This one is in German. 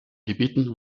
gebieten